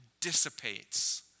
dissipates